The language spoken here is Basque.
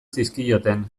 zizkioten